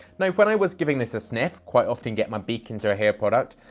now, when i was giving this a sniff, quite often get my beak into a hair product,